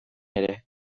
ere